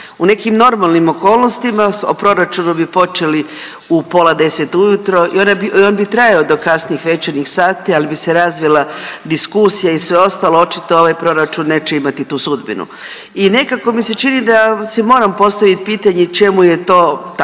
U nekim normalnim okolnostima o proračunu bi počeli u pola 10 ujutro i on bi trajao do kasnih večernjih sati ali bi se razvila diskusija i sve ostalo, očito ovaj proračun neće imati tu sudbinu. I nekako mi se čini da si moram postaviti pitanje čemu je to tako